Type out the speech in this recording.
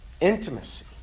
intimacy